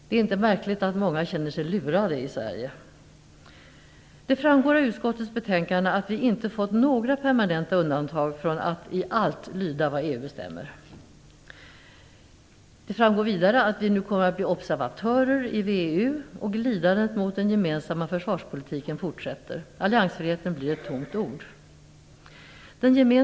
Det är inte märkligt att många känner sig lurade i Det framgår av utskottets betänkande att vi inte fått några permanenta undantag från att i allt lyda vad EU bestämmer. Det framgår vidare att vi nu kommer att bli observatörer i WEU, och glidandet mot den gemensamma försvarspolitiken fortsätter. Alliansfriheten blir ett tomt ord.